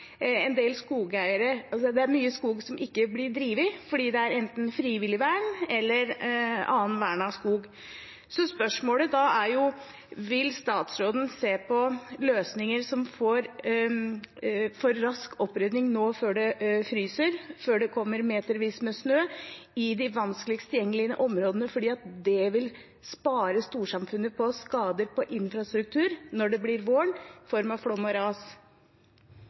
mye skog som ikke blir drevet – fordi det enten er frivillig vern eller annet vern av skog. Så spørsmålet er: Vil statsråden se på løsninger for rask opprydning nå før det fryser, og før det kommer metervis med snø i de vanskeligst tilgjengelige områdene? Det vil spare storsamfunnet for skader på infrastruktur i form av flom og ras når det blir vår. Jeg er veldig enig i representantens bekymringer, og